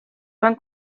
van